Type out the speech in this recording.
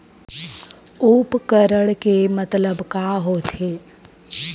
उपकरण के मतलब का होथे?